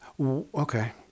okay